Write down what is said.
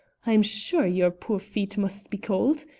i'm sure your poor feet must be cold.